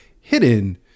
hidden